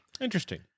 Interesting